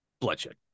bloodshed